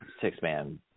six-man